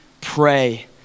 pray